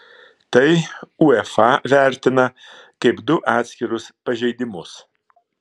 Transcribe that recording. tai uefa vertina kaip du atskirus pažeidimus